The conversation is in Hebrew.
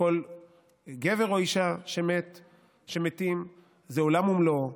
וכל גבר או אישה שמתים זה עולם ומלואו.